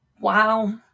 Wow